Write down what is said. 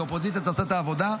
כאופוזיציה אתה עושה את העבודה.